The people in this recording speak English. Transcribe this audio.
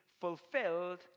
fulfilled